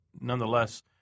nonetheless